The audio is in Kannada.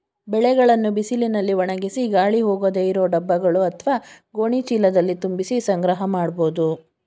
ಬೆಳೆಗಳನ್ನು ಬಿಸಿಲಿನಲ್ಲಿ ಒಣಗಿಸಿ ಗಾಳಿ ಹೋಗದೇ ಇರೋ ಡಬ್ಬಗಳು ಅತ್ವ ಗೋಣಿ ಚೀಲದಲ್ಲಿ ತುಂಬಿಸಿ ಸಂಗ್ರಹ ಮಾಡ್ಬೋದು